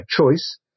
choice